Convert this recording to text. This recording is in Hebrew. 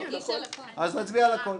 אז נצביע על הכול.